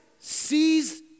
sees